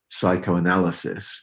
psychoanalysis